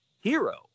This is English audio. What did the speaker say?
hero